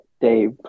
Dave